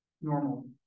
normal